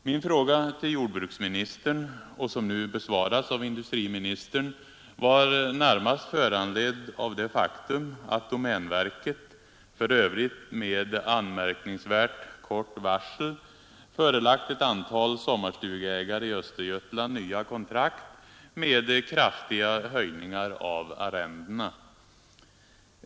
Min fråga, som ställdes till jordbruksministern och som nu besvarats av industriministern, var närmast föranledd av det faktum att domänverket — för övrigt med anmärkningsvärt kort varsel — förelagt ett antal sommarstugeägare i Östergötland nya kontrakt med kraftiga höjningar av arrendena.